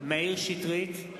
מאיר שטרית,